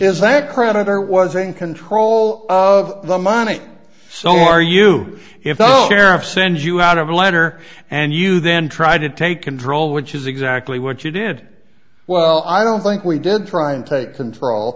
is that creditor was in control of the money so are you if i send you out of a letter and you then try to take control which is exactly what you did well i don't think we did try and take control